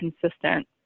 consistent